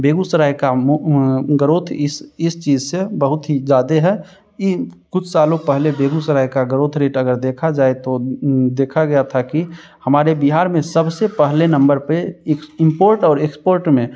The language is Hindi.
बेगूसराय का मो ग्रोथ इस इस चीज़ से बहुत ही ज़्यादे है ये कुछ सालों पहले बेगूसराय का ग्रोथ रेट अगर देखा जाए तो देखा गया था कि हमारे बिहार में सबसे पहले नम्बर पर इंपोर्ट और एक्सपोर्ट में